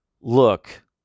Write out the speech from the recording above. look